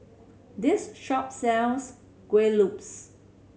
this shop sells Kueh Lopes